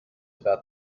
about